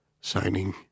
signing